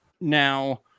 Now